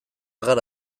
gara